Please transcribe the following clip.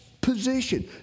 position